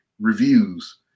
reviews